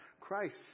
Christ